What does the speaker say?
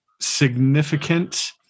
Significant